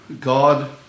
God